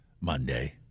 Monday